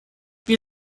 wir